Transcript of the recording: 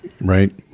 Right